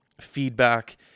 feedback